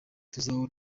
tuzahora